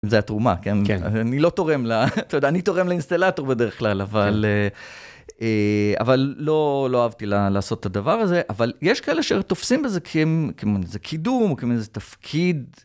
זה התרומה, כן? אני לא תורם, אתה יודע, אני תורם לאינסטלטור בדרך כלל, אבל לא אהבתי לעשות את הדבר הזה, אבל יש כאלה שתופסים בזה כמין איזה קידום, כמין איזה תפקיד.